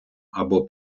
або